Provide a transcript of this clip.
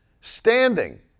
standing